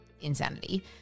insanity